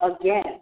again